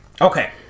Okay